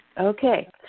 Okay